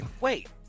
Wait